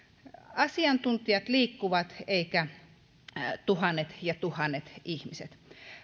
asiantuntijat liikkuvat eivät tuhannet ja tuhannet ihmiset